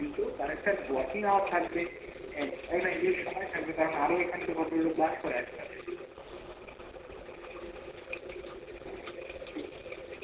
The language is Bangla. কিন্তু তার একটা ওয়ার্কিং আওয়ার থাকবে হ্যাঁ একটা এন্ট্রির সময় থাকবে কারণ আরও এখানে তো ভদ্রলোক বাস করে আশেপাশে হ্যাঁ ঠিক আছে